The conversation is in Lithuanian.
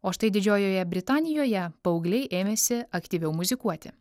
o štai didžiojoje britanijoje paaugliai ėmėsi aktyviau muzikuoti